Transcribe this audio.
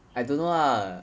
I don't know lah